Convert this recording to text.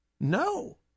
no